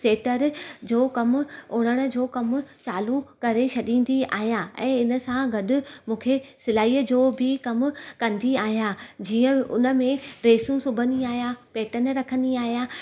seater जो कमु उणण जो कमु चालू करे छॾींदी आहियां ऐं इन सां गॾु मूंखे सिलाईअ जो बि कमु कंदी आहियां जीअं उनमें ड्रेसूं सिबंदी आहियां पेटर्न रखंदी आहियां